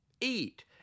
Eat